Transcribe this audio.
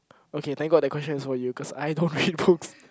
okay thank god that question is for you cause I don't read books